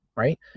Right